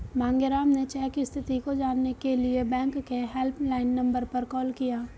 मांगेराम ने चेक स्थिति को जानने के लिए बैंक के हेल्पलाइन नंबर पर कॉल किया